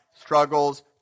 struggles